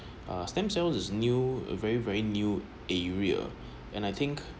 uh stem cells is new a very very new area and I think